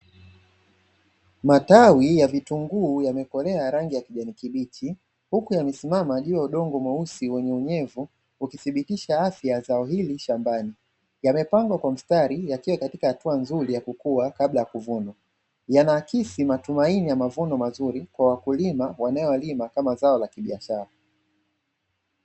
Matawi ya vitunguu yamekolea rangi ya kijani kibichi huku yamesimama juu ya udongo mweusi wenye unyevu ukithibitisha afya ya zao hili shambani. Yamepangwa kwa mstari yakiwa katika hatua nzuri ya kukua kabla ya kuvunwa. Yanaakisi matumaini ya mavuno mazuri kwa wakulima wanaolima kama zao la kibiashara.